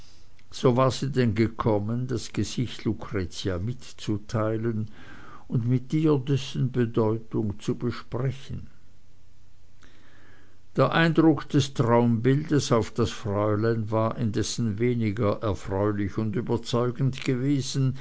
so war sie denn gekommen das gesicht lucretia mitzuteilen und mit ihr dessen bedeutung zu besprechen der eindruck des traumbildes auf das fräulein war indessen weniger erfreulich und überzeugend gewesen